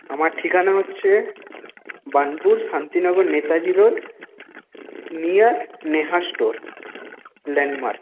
আমার ঠিকানা হচ্ছে Burnpur Shantinagar Netaji road near Neha store landmark